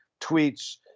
tweets